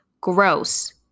gross